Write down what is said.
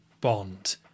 Bond